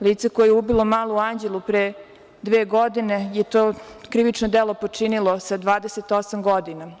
Lice koje je ubilo malu Anđelu pre dve godine je to krivično delo počinilo sa 28 godina.